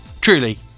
truly